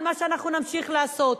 ועל מה שאנחנו נמשיך לעשות.